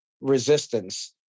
resistance